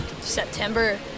September